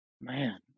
man